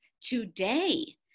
today